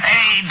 Hey